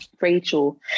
Rachel